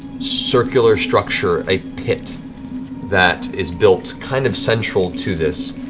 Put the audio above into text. circular structure. a pit that is built kind of central to this.